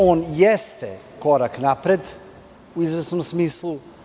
On jeste korak napred u izvesnom smislu.